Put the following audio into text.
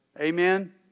Amen